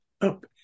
up